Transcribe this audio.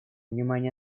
внимание